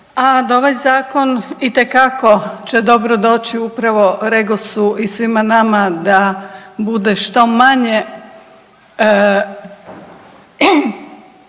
da ovaj zakon itekako će dobro doći upravo REGOS-u i svima nama da bude što manje,